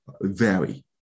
vary